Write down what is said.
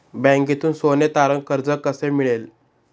बँकेतून सोने तारण कर्ज कसे मिळेल?